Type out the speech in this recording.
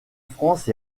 france